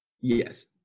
Yes